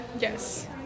Yes